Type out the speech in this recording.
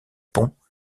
ponts